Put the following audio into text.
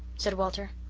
said walter.